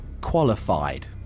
qualified